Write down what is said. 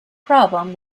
problem